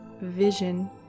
vision